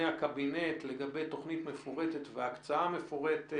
הקבינט לגבי תוכנית מפורטת והקצאה מפורטת.